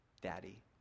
Daddy